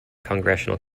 congressional